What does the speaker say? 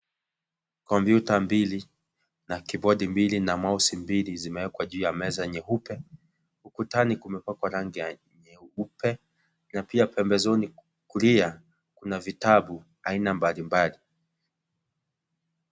Kompyuta mbili na kibodi mbili na mouse mbili zimeekwa juu ya meza nyeupe ukutani kumepakwa rangi ya nyeupe na pia pembezoni kulia kuna vitabu aina mbalimbali.